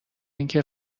اینکه